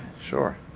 sure